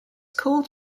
called